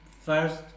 first